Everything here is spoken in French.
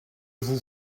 vous